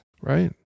right